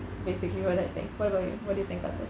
basically what I think what about you what do you think about this